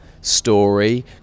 story